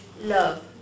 love